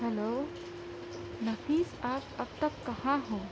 hello Nafees آپ اب تک کہاں ہیں